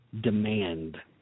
demand